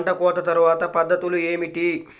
పంట కోత తర్వాత పద్ధతులు ఏమిటి?